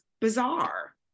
bizarre